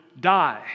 die